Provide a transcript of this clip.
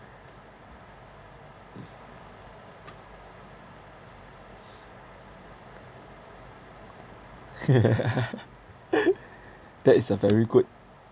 that is a very good